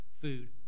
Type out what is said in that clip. food